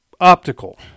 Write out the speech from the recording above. Optical